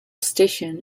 station